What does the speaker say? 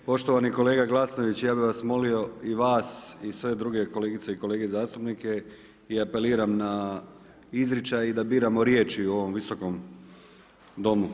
Poštovani kolega Glasnović ja bih vas molio i vas i sve druge kolegice i kolege zastupnike i apeliram na izričaj i da biramo riječi u ovom Visokom domu.